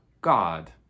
God